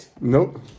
Nope